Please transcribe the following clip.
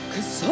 Cause